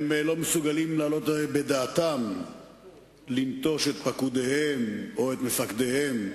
הם לא מסוגלים להעלות בדעתם לנטוש את פקודיהם או את מפקדיהם,